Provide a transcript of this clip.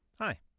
Hi